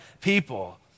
people